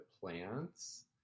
plants